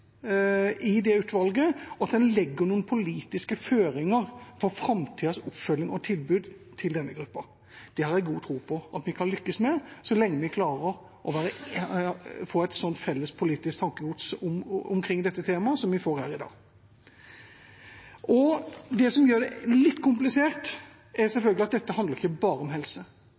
i det utvalget, og at en legger noen politiske føringer for framtidas oppfølging og tilbud til denne gruppa. Det har jeg god tro på at vi kan lykkes med, så lenge vi klarer å få et sånt felles politisk tankegods omkring dette temaet som vi får her i dag. Det som gjør det litt komplisert, er selvfølgelig at dette ikke bare handler om helse.